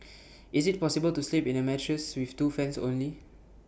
is IT possible to sleep in A mattress with two fans only